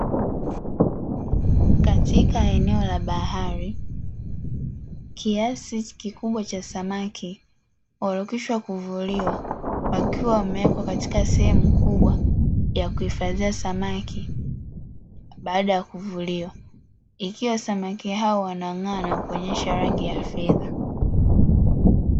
Katika eneo la bahari, kiasi kikubwa cha samaki waliokishwa kuvuliwa wakiwa wamewekwa katika sehemu kubwa ya kuhifadhia samaki baada ya kuvuliwa, ikiwa samaki hao wanang'aa na kuonyesha rangi ya fedha.